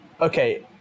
okay